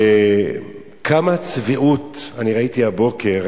כמה צביעות ראיתי הבוקר